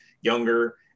younger